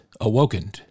awoken